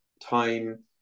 time